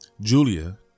Julia